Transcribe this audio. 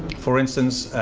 for instance,